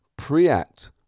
Preact